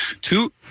Two